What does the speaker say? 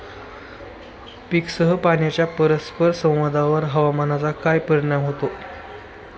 पीकसह पाण्याच्या परस्पर संवादावर हवामानाचा काय परिणाम होतो?